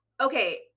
Okay